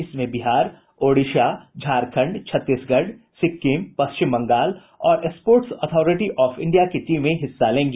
इसमें बिहार ओडिशा झारखंड छत्तीसगढ़ सिक्किम पश्चिम बंगाल और sports authority of India की टीमें हिस्सा लेंगी